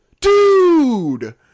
DUDE